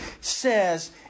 says